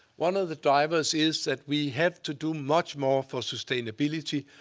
one of the divers is that we have to do much more for sustainability.